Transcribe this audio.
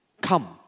Come